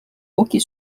hockey